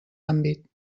àmbit